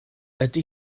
ydy